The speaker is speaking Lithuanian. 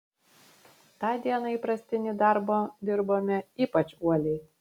tą dieną įprastinį darbą dirbome ypač uoliai